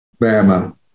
Bama